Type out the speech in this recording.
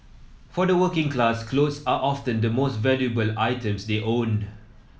for the working class clothes are often the most valuable items they owned